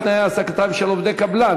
חברי כנסת: פגיעה בתנאי העסקתם של עובדי קבלן.